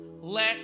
Let